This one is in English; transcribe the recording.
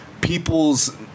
people's